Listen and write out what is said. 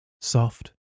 soft